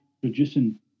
producing